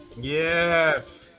Yes